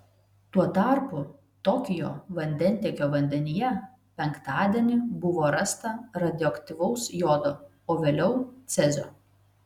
tuo tarpu tokijo vandentiekio vandenyje penktadienį buvo rasta radioaktyvaus jodo o vėliau cezio